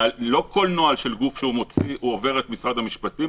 לא כל נוהל שגוף מוציא עובר את משרד המשפטים.